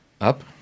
up